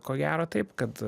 ko gero taip kad